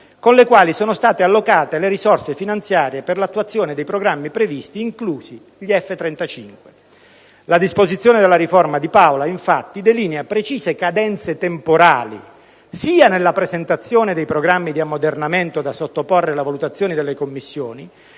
con le quali sono state allocate le risorse finanziarie per l'attuazione dei programmi previsti, inclusi gli F-35. La disposizione della riforma Di Paola, infatti, delinea precise cadenze temporali, sia nella presentazione dei programmi di ammodernamento da sottoporre alla valutazione delle Commissioni,